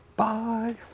Bye